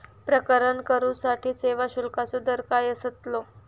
प्रकरण करूसाठी सेवा शुल्काचो दर काय अस्तलो?